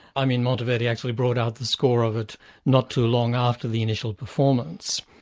i mean monteverdi actually brought out the score of it not too long after the initial performance.